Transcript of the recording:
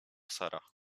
sara